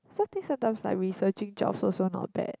so think sometimes like we searching jobs also not bad